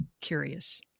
curious